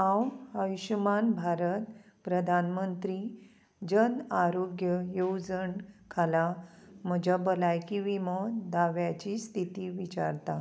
हांव आयुश्मान भारत प्रधानमंत्री जन आरोग्य येवजण खाला म्हज्या भलायकी विमो दाव्याची स्थिती विचारता